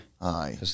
Aye